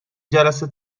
جلسه